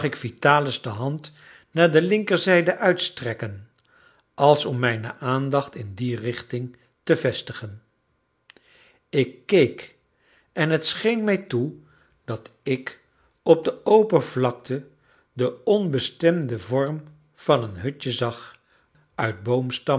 vitalis de hand naar de linkerzijde uitstrekken als om mijne aandacht in die richting te vestigen ik keek en het scheen mij toe dat ik op de open vlakte den onbestemden vorm van een hutje zag uit boomstammen